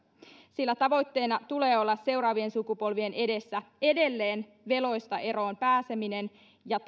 sillä tavoitteena tulee olla seuraavien sukupolvien edessä edelleen veloista eroon pääseminen ja